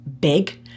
big